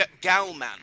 Galman